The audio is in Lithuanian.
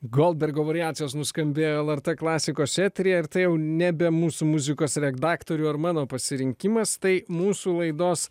goldbergo variacijos nuskambėjo lrt klasikos eteryje ir tai jau nebe mūsų muzikos redaktorių ar mano pasirinkimas tai mūsų laidos